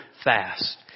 fast